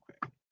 quick